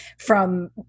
from-